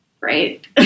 right